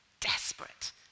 desperate